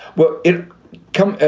will it come?